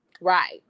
Right